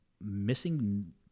missing